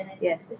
Yes